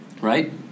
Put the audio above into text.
right